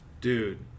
Dude